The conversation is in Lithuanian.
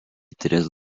tris